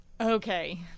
okay